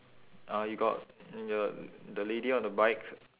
uh you got th~ the lady on the bike